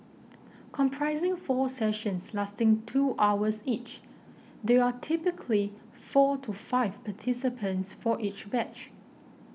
comprising four sessions lasting two hours each there are typically four to five participants for each batch